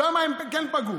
שם הם כן פגעו.